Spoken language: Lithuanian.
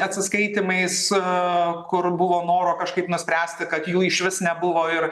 atsiskaitymais aaa kur buvo noro kažkaip nuspręsti kad jų išvis nebuvo ir